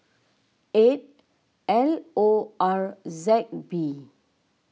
eight L O R Z B